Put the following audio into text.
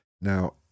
Now